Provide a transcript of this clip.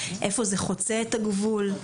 איפה זה חוצה את הגבול,